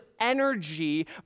energy